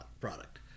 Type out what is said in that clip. product